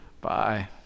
Bye